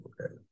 okay